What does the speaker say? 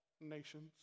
nations